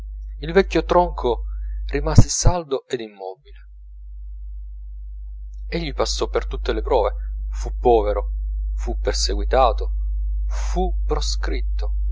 il vecchio tronco rimase saldo ed immobile egli passò per tutte le prove fu povero fu perseguitato fu proscritto